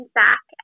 back